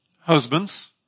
Husbands